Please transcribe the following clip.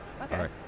okay